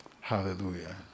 Hallelujah